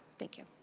thank you.